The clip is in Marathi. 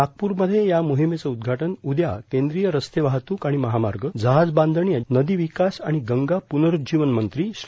नागपूरमध्ये या मोहिमेचं उद्घाटन उद्या केंद्रीय रस्ते वाहतूक आणि महामार्ग जहाज बांधणी आणि जल स्रोत नदी विकास आणि गंगा प्रनरुज्जीवन मंत्री श्री